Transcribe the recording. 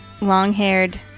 long-haired